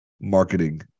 marketing